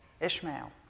Ishmael